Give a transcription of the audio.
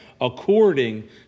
according